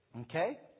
Okay